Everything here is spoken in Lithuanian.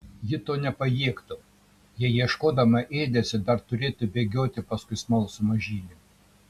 ji to nepajėgtų jei ieškodama ėdesio dar turėtų bėgioti paskui smalsų mažylį